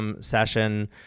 session